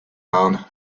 man